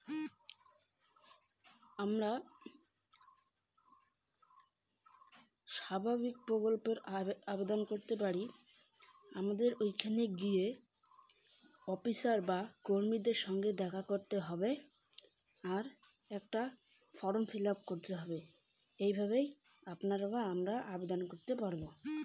কিভাবে একটি সামাজিক প্রকল্পে আমি আবেদন করব?